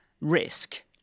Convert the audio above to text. risk